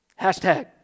hashtag